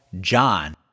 John